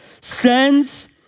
sends